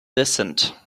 descent